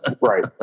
Right